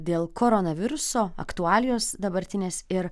dėl koronaviruso aktualijos dabartinės ir